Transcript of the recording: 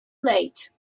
late